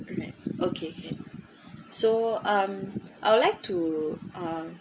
okay can so um I would like to uh